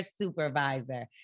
supervisor